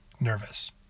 nervous